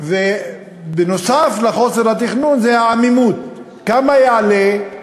נוסף על חוסר התכנון, העמימות, כמה זה יעלה?